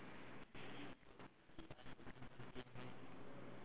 <S.